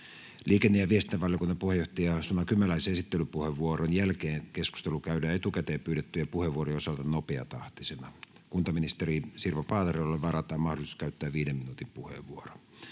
Liikenne- ja viestintävaliokunnan puheenjohtajan Suna Kymäläisen esittelypuheenvuoron jälkeen keskustelu käydään etukäteen pyydettyjen puheenvuorojen osalta nopeatahtisena. Kuntaministeri Sirpa Paaterolle varataan mahdollisuus käyttää viiden minuutin puheenvuoro.